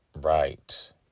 Right